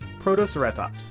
Protoceratops